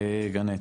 גנט